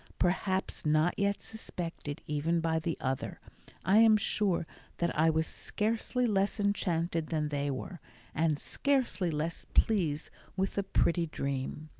perhaps not yet suspected even by the other i am sure that i was scarcely less enchanted than they were and scarcely less pleased with the pretty dream.